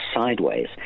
sideways